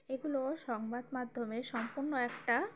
এগুলো সংবাদ মাধ্যমের সম্পূর্ণ একটা